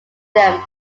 them